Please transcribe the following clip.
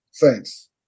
Thanks